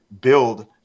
build